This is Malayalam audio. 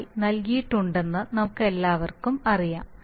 ആയി നൽകിയിട്ടുണ്ടെന്ന് നമുക്കെല്ലാവർക്കും അറിയാം